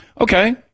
Okay